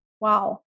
wow